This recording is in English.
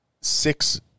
six